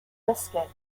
biscuit